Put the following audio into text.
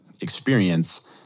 experience